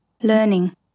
learning